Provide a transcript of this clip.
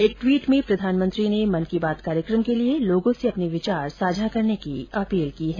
एक ट्वीट में प्रधानमंत्री ने मन की बात कार्यक्रम के लिए लोगों से अपने विचार साझा करने की अपील की है